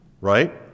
Right